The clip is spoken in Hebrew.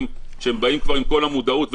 שהם באים כבר עם כל המודעות,